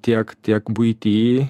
tiek tiek buity